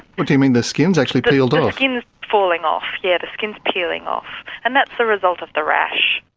what do you mean, the skin's actually peeled off? the skin's falling off, yes ah the skin's peeling off, and that's the result of the rash.